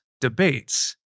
debates